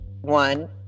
one